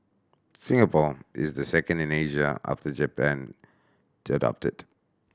Singapore is the second in Asia after Japan to adopt it